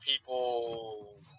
people